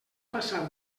passar